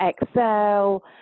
Excel